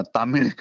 Tamil